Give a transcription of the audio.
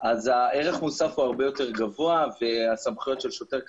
אז הערך המוסף הוא הרבה יותר גבוה והסמכויות של שוטר,